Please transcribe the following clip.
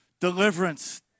Deliverance